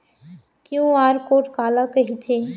QR code काला कहिथे?